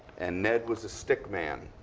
and ned was a stick man.